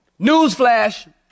newsflash